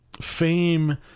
fame